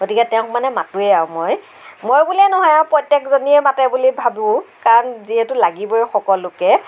গতিকে তেওঁক মানে মাতোৱেই আৰু মই মই বুলিয়েই নহয় আৰু প্ৰত্যেকজনীয়েই মাতে বুলি ভাবোঁ কাৰণ যিহেতু লাগিবই সকলোকে